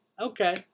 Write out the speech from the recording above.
Okay